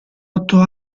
otto